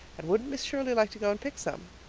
and wouldn't miss shirley like to go and pick some.